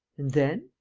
and then?